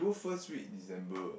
first week December